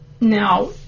Now